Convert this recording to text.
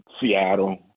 Seattle